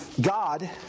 God